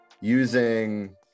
using